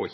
og